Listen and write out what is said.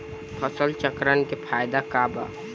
फसल चक्रण के फायदा का बा?